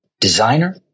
designer